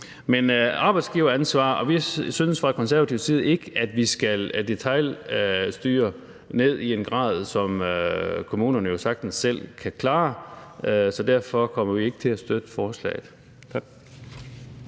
det arbejdsgiveransvaret. Vi synes fra Konservatives side ikke, at vi skal detailstyre ned i en grad som foreslået her, for kommunerne kan jo sagtens selv klare det. Så derfor kommer vi ikke til at støtte forslaget.